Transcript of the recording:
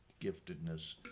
giftedness